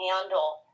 handle